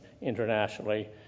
internationally